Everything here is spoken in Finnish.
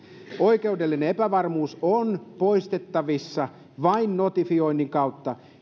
oikeudellinen epävarmuus on poistettavissa vain notifioinnin kautta